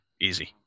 Easy